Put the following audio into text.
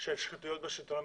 של שחיתויות בשלטון המקומי.